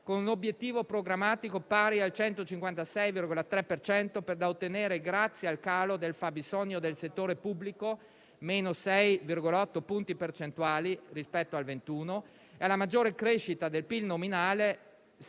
con un obiettivo programmatico pari al 156,3 per cento da ottenere grazie al calo del fabbisogno del settore pubblico (-6,8 punti percentuali rispetto al 2021) e alla maggiore crescita del PIL nominale